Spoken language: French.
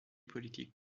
politique